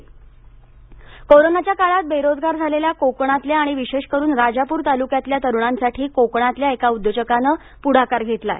रोजगार रत्नागिरी करोनाच्या काळात बेरोजगार झालेल्या कोकणातल्या आणि विशेषकरून राजापूर तालुक्यातल्या तरुणांसाठी कोकणातल्या एका उद्योजकानं पुढाकार घेतला आहे